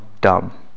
dumb